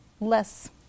less